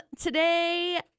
Today